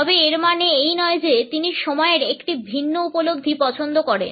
তবে এর মানে এই নয় যে তিনি সময়ের একটি ভিন্ন উপলব্ধি পছন্দ করেন